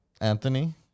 Anthony